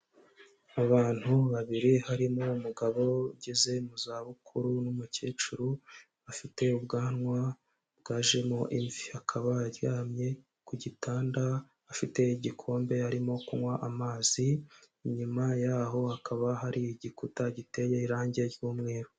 Abantu babiri harimo umugabo ugeze mu za bukuru n'umukecuru bafite ubwanwa bwajemo imvi, akaba aryamye ku gitanda afite igikombe arimo kunywa amazi, inyuma yaho hakaba hari igikuta giteye irangi ry'mweru.